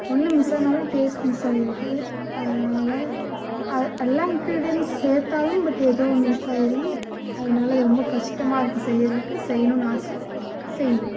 ஒன்று மிஸ் ஆனாலும் taste miss ஆகிருது அதனால் அது எல்லா இன்க்ரிடியண்ட்ஸ் சேர்த்தாலும் பட் ஏதோ ஒன்று மிஸ் ஆகிருது அதனால் இது ரொம்ப கஷ்டமாயிருக்கு செய்கிறதுக்கு செய்யணும்னு ஆசை செய்வேன்